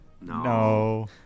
No